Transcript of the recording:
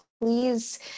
please